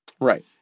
Right